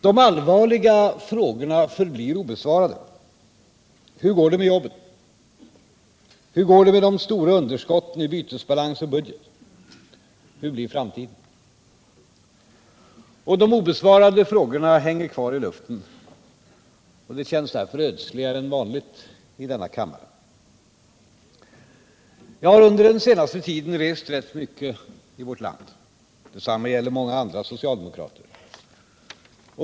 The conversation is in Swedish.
De allvarliga frågorna förblir obesvarade: Hur går det med jobben? Hur går det med de stora underskotten i bytesbalans och budget? Hur blir framtiden? De obesvarade frågorna hänger kvar i luften. Det känns därför ödsligare än vanligt i denna kammare. Jag har under den senaste tiden rest rätt mycket i vårt land. Detsamma gäller många andra socialdemokrater.